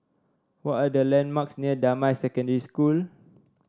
what are the landmarks near Damai Secondary School